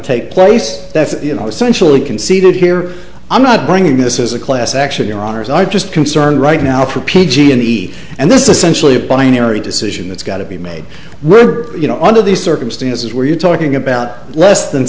take place that's you know essentially conceded here i'm not bringing this as a class action your honour's are just concerned right now for p g and e and this essentially a binary decision that's got to be made were you know under these circumstances where you're talking about less than